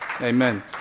Amen